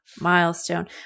milestone